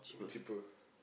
cheaper